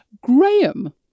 Graham